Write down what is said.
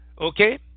Okay